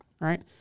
right